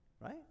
right